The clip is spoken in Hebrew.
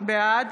בעד